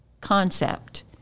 concept